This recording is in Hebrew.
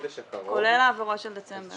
כולל העברות של דצמבר.